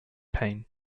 pain